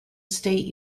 state